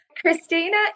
Christina